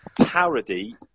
parody